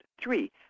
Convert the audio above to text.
Three